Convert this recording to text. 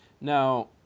Now